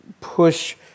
push